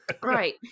Right